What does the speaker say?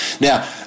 Now